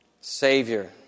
Savior